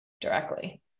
directly